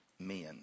men